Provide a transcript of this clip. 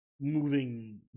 moving